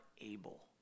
able